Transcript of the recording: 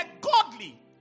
godly